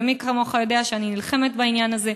ומי כמוך יודע שאני נלחמת בעניין הזה,